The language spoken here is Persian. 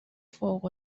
فوق